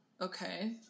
okay